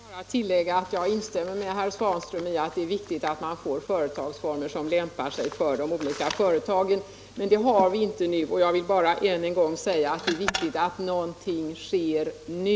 Herr talman! Jag vill bara tillägga att jag instämmer med herr Svanström i att det är viktigt att vi får bolagsformer som lämpar sig för de olika företagstyperna. Det har vi inte i dag, men jag vill än en gång säga att det är viktigt att någonting sker nu.